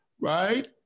right